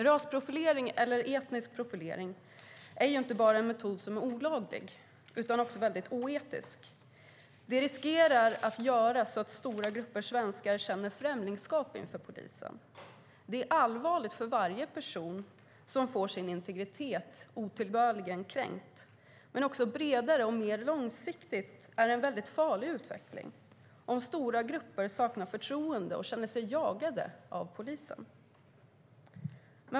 Rasprofilering, eller etnisk profilering, är ju en metod som är inte bara olaglig utan också väldigt oetisk. Den riskerar att göra att stora grupper svenskar känner främlingskap inför polisen. Det är allvarligt för varje person som får sin integritet otillbörligen kränkt, men bredare och mer långsiktigt är det en väldigt farlig utveckling om stora grupper saknar förtroende för och känner sig jagade av polisen.